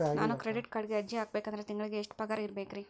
ನಾನು ಕ್ರೆಡಿಟ್ ಕಾರ್ಡ್ಗೆ ಅರ್ಜಿ ಹಾಕ್ಬೇಕಂದ್ರ ತಿಂಗಳಿಗೆ ಎಷ್ಟ ಪಗಾರ್ ಇರ್ಬೆಕ್ರಿ?